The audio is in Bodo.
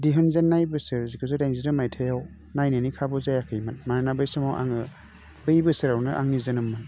दिहुनजेन्नाय बोसोर जिगुजौ दाइनजिद' माइथायाव नायनायनि खाबु जायाखैमोन मानोना बे समाव आङो बै बोसोरावनो आंनि जोनोम मोन